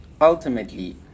ultimately